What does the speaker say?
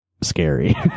scary